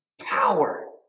Power